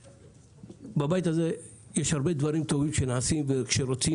בבית הזה יש הרבה דברים טובים שנעשים כשרוצים